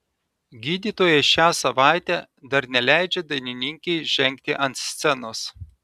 gydytojai šią savaitę dar neleidžia dainininkei žengti ant scenos